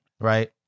right